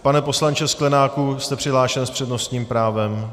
Pane poslanče Sklenáku, jste přihlášen s přednostním právem.